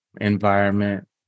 Environment